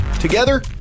Together